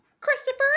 Christopher